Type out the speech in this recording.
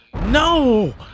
No